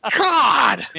God